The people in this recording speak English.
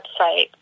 website